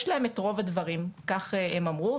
יש להם את רוב הדברים כך הם אמרו.